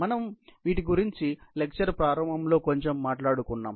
మనం వీటి గురించి లెక్చర్ ప్రారంభంలో కొంచెం మాట్లాడుకున్నాం